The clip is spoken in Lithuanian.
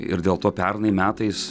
ir dėl to pernai metais